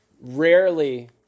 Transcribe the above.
Rarely